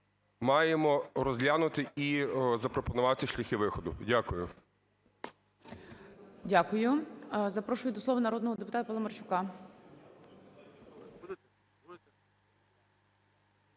маємо розглянути, в запропонувати шляхи виходу. Дякую. ГОЛОВУЮЧИЙ. Дякую. Запрошую до слова народного депутата Паламарчука.